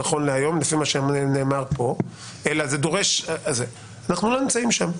נכון להיום, לפי מה שנאמר פה, אנחנו לא נמצאים שם.